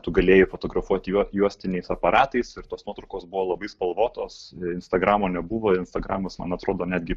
tu galėjai fotografuoti juo juostiniais aparatais ir tos nuotraukos buvo labai spalvotos instagramo nebuvo instagramas man atrodo netgi